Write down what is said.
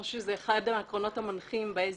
אני חושבת שזה אחד העקרונות המנחים ב-SDGs,